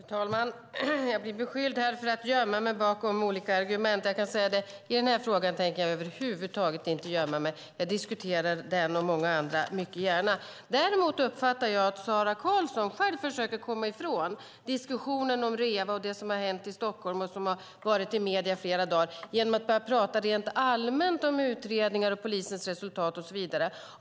Fru talman! Jag blir beskylld för att gömma mig bakom olika argument. Jag kan säga att i denna fråga tänker jag över huvud taget inte gömma mig. Jag diskuterar mycket gärna den och många andra. Däremot uppfattar jag att Sara Karlsson själv försöker komma ifrån diskussionen om Reva, det som har hänt i Stockholm och har förekommit i medierna i flera dagar, genom att börja tala rent allmänt om utredningar, polisens resultat och så vidare.